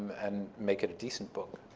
and make it a decent book.